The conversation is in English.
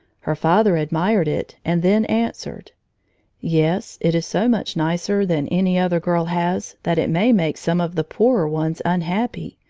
her father admired it and then answered yes, it is so much nicer than any other girl has that it may make some of the poorer ones unhappy.